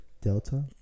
Delta